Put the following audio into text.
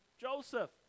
Joseph